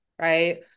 Right